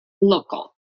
local